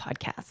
podcast